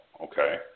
okay